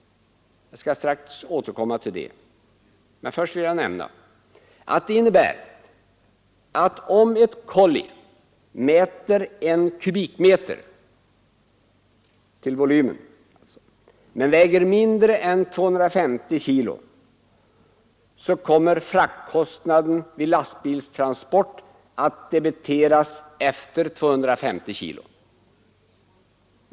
Jag skall strax återkomma till det, men först vill jag nämna att det innebär att om ett kolli mäter I m? i volym men väger mindre än 250 kg, kommer fraktkostnaderna vid lastbilstransport att debiteras efter 250 kg.